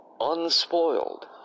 unspoiled